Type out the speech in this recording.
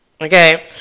Okay